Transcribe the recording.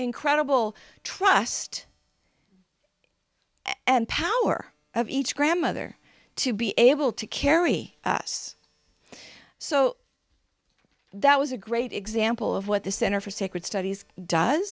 incredible trust and power of each grandmother to be able to carry us so that was a great example of what the center for sacred studies does